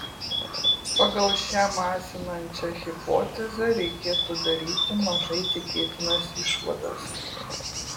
pagal šią masinančią hipotezę reikėtų daryti mažai tikėtinas išvadas